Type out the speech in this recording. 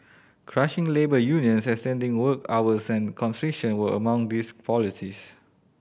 crushing labour unions extending work hours and conscription were among these policies